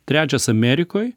trečias amerikoj